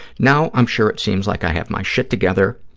now, i'm sure it seems like i have my shit together,